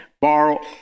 borrow